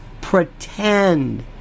pretend